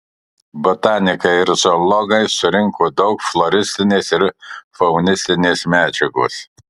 botanikai ir zoologai surinko daug floristinės ir faunistinės medžiagos